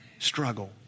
struggle